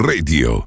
Radio